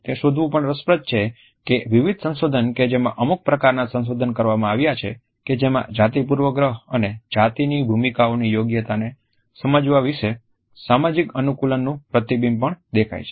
તે શોધવું પણ રસપ્રદ છે કે વિવિધ સંશોધન કે જેમાં અમુક પ્રકારના સંશોધન કરવામાં આવ્યા છે જેમા જાતિ પૂર્વગ્રહ અને જાતિની ભૂમિકાઓની યોગ્યતાને સમજવા વિશે સામાજિક અનુકુલનનું પ્રતિબિંબ પણ દેખાય છે